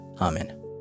Amen